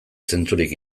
zentzurik